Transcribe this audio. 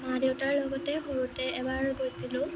মা দেউতাৰ লগতে সৰুতে এবাৰ গৈছিলোঁ